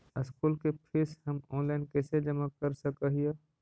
School के fees हम online कैसे जमा कर सक हिय?